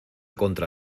contra